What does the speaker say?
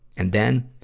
and then,